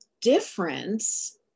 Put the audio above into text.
difference